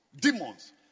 demons